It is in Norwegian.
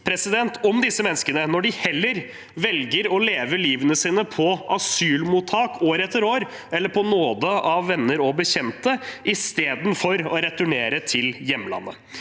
om disse menneskene når de heller velger å leve livet sitt på asylmottak år etter år, eller på nåde av venner og bekjente, istedenfor å returnere til hjemlandet.